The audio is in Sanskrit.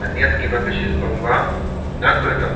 अन्यत् किमपि शिल्पं वा न कृतं